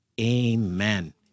Amen